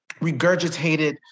regurgitated